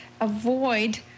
avoid